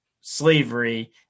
slavery